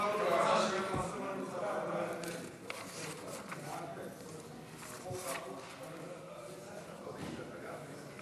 ההצעה להעביר את הצעת חוק הביטוח הלאומי